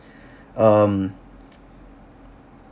um